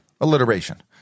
alliteration